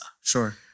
Sure